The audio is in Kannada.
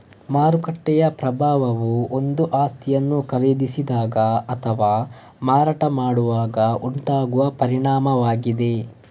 ಮಾರುಕಟ್ಟೆಯ ಪ್ರಭಾವವು ಒಂದು ಆಸ್ತಿಯನ್ನು ಖರೀದಿಸಿದಾಗ ಅಥವಾ ಮಾರಾಟ ಮಾಡುವಾಗ ಉಂಟಾಗುವ ಪರಿಣಾಮವಾಗಿದೆ